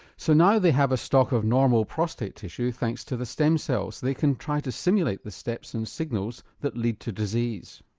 so now they have a stock of normal prostate tissue thanks to the stem cells, they can try to simulate the steps and signals that lead to disease.